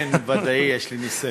כן, ודאי, יש לי ניסיון עם זה.